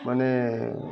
माने